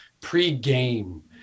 pre-game